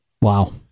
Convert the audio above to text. Wow